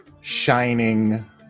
shining